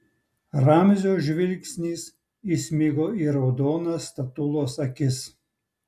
ramzio žvilgsnis įsmigo į raudonas statulos akis